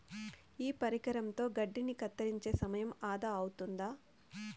ఈ పరికరంతో గడ్డిని కత్తిరించే సమయం ఆదా అవుతాది